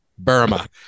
Burma